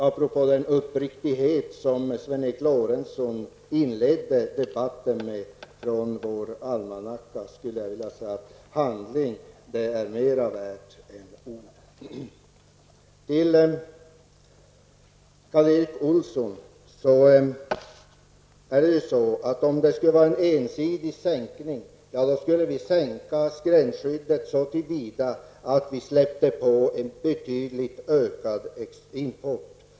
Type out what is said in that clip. Appropå den uppriktighet som Sven Eric Lorentzon visade i inledningen av debatten, vill jag säga att handling är mera värt än ord. Till Karl Erik Olsson vill jag säga att om det skulle vara fråga om en ensidig sänkning, skulle vi sänka gränsskyddet så att vi medgav en betydligt ökad import.